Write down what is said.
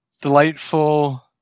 delightful